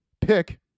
pick